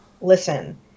Listen